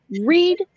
Read